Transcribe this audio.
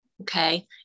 Okay